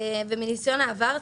מניסיון העבר,